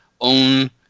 own